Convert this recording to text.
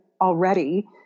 already